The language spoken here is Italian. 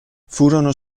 furono